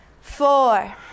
four